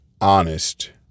honest